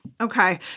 Okay